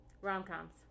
rom-coms